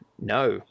No